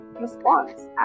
response